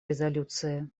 резолюции